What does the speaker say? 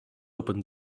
open